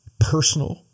Personal